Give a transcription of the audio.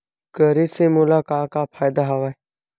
करे से मोला का का फ़ायदा हवय?